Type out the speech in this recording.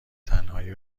تنهایی